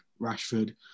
Rashford